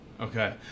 Okay